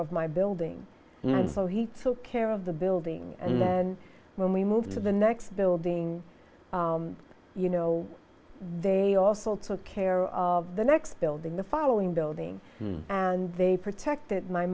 of my building so he took care of the building and then when we moved to the next building you know they also took care of the next building the following building and they protected my